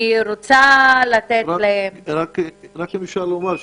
אם רק אפשר לומר,